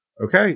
Okay